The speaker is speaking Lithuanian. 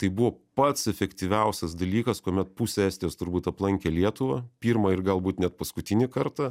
tai buvo pats efektyviausias dalykas kuomet pusė estijos turbūt aplankė lietuvą pirmą ir galbūt net paskutinį kartą